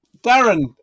Darren